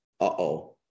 Uh-oh